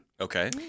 Okay